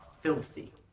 filthy